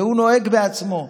והוא נוהג בעצמו.